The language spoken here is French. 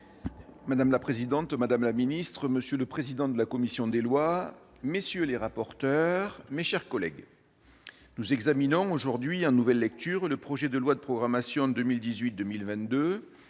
Madame la présidente, madame la ministre, monsieur le président de la commission des lois, messieurs les rapporteurs, mes chers collègues, nous examinons aujourd'hui, en nouvelle lecture, le projet de loi de programmation 2018-2022